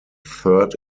third